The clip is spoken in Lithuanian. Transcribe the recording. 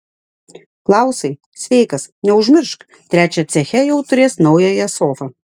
klausai sveikas neužmiršk trečią ceche jau turės naująją sofą